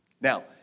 Now